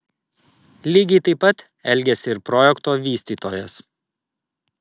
lygiai taip pat elgėsi ir projekto vystytojas